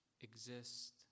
exist